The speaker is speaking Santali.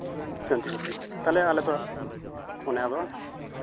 ᱥᱮᱱ ᱩᱛᱟᱜ ᱟᱠᱟᱱᱟ ᱛᱟᱦᱚᱞᱮ ᱟᱞᱮ ᱫᱚ ᱚᱱᱮ ᱟᱨᱚ